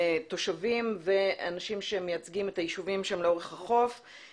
בחוזים, שיפורסמו החובות שהחברה התחייבה לפרסם.